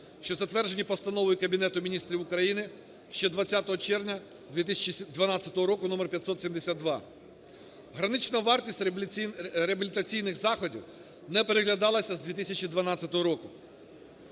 що затверджені Постановою Кабінет Міністрів України ще 20 червня 2012 року номер 572. Гранична вартість реабілітаційних заходів не переглядалася з 2012 року.